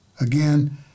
Again